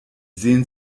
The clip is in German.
sehen